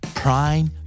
prime